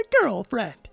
girlfriend